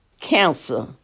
cancer